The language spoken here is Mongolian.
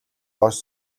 доош